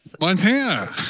Montana